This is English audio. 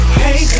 hey